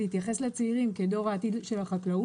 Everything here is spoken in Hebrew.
להתייחס לצעירים כאל דור העתיד של החקלאות.